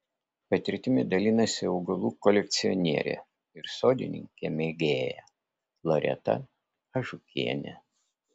patirtimi dalinasi augalų kolekcionierė ir sodininkė mėgėja loreta ažukienė